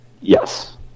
Yes